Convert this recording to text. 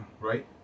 right